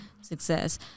success